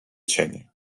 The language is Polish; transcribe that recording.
cienie